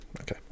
Okay